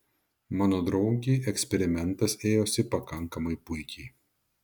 mano draugei eksperimentas ėjosi pakankamai puikiai